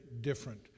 different